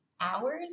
hours